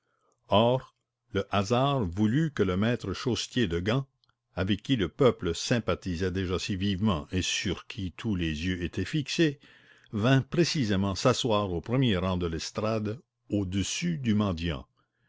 le hasard voulut que le maître chaussetier de gand avec qui le peuple sympathisait déjà si vivement et sur qui tous les yeux étaient fixés vînt précisément s'asseoir au premier rang de l'estrade au-dessus du mendiant